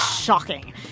Shocking